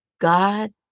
God